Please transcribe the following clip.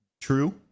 true